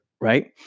right